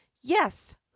yes